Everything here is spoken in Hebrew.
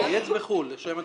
גיהץ בחו"ל, לשם הדוגמה.